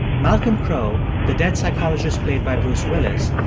malcolm crowe, the dead psychologist played by bruce willis,